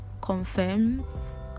confirms